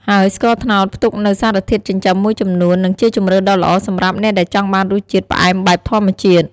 ហើយស្ករត្នោតផ្ទុកនូវសារធាតុចិញ្ចឹមមួយចំនួន និងជាជម្រើសដ៏ល្អសម្រាប់អ្នកដែលចង់បានរសជាតិផ្អែមបែបធម្មជាតិ។